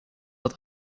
het